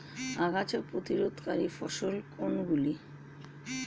আগাছা প্রতিরোধকারী ফসল কোনগুলি?